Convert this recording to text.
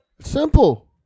Simple